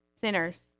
sinners